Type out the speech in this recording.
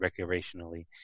recreationally